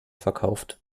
verkauft